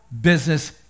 business